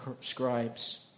scribes